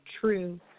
true